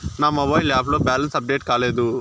నా mobile app లో balance update కాలేదు